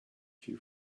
few